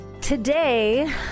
today